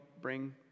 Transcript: bring